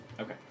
okay